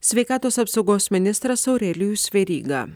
sveikatos apsaugos ministras aurelijus veryga